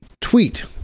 tweet